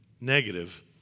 negative